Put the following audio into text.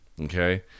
Okay